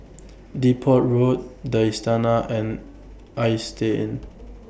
Depot Road The Istana and Istay Inn